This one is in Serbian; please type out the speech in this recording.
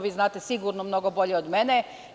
Vi to znate sigurno mnogo bolje od mene.